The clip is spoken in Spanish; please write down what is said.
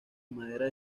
madera